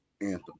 anthem